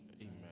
Amen